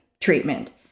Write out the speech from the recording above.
treatment